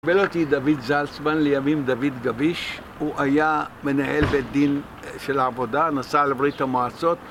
קבל אותי דוד זלסמן, לימים דוד גביש, הוא היה מנהל בית דין של העבודה, נסע לברית המועצות